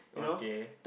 okay